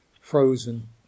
frozen